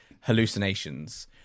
hallucinations